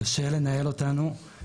מאוד קשה לנהל אותנו אבל